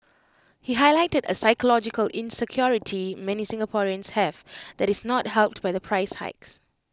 he highlighted A psychological insecurity many Singaporeans have that is not helped by the price hikes